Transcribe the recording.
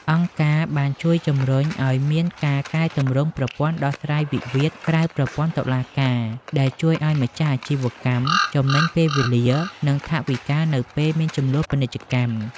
អង្គការបានជួយជម្រុញឱ្យមានការកែទម្រង់ប្រព័ន្ធដោះស្រាយវិវាទក្រៅប្រព័ន្ធតុលាការ ដែលជួយឱ្យម្ចាស់អាជីវកម្មចំណេញពេលវេលា និងថវិកានៅពេលមានជម្លោះពាណិជ្ជកម្ម។